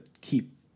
keep